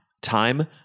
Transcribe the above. time